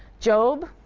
job,